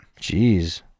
Jeez